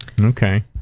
Okay